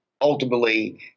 ultimately